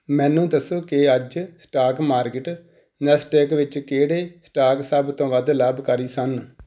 ਮੈਨੂੰ ਦੱਸੋ ਕਿ ਅੱਜ ਸਟਾਕ ਮਾਰਕੀਟ ਨੈਸਡੇਕ ਵਿੱਚ ਕਿਹੜੇ ਸਟਾਕ ਸਭ ਤੋਂ ਵੱਧ ਲਾਭਕਾਰੀ ਸਨ